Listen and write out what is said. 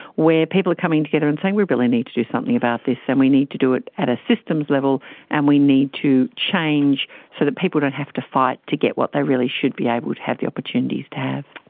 where people are coming together and saying we really need to do something about this and we need to do it at a systems level and we need to change so that people don't have to fight to get what they really should be able to have the opportunities to have.